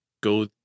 go